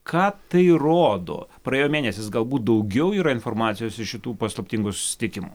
ką tai rodo praėjo mėnesis galbūt daugiau yra informacijos iš šitų paslaptingų susitikimų